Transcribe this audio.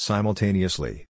Simultaneously